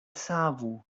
savu